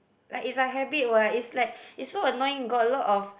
like is a habit what is like is so annoying got a lot of